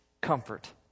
comfort